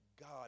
God